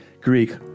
Greek